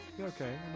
okay